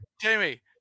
Jamie